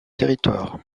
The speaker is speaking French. territoire